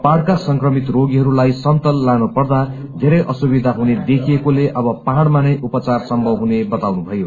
पहाङका संक्रमित रोगीहरूलाई समतल लानु पर्दा धेरै असुविधा हुने देखिएकोले अब पहाइमा नै उपचार सम्भव हुने बताउनु भयो